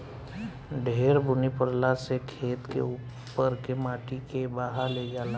ढेर बुनी परला से खेत के उपर के माटी के बहा ले जाला